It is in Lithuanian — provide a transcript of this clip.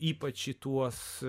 ypač tuos